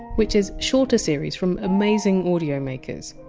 which is shorter series from amazing audiomakers.